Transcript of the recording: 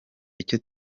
icyo